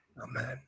Amen